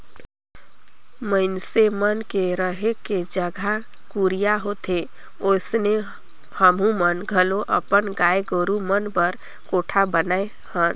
मइनसे मन के रहें के जघा कुरिया होथे ओइसने हमुमन घलो अपन गाय गोरु मन बर कोठा बनाये हन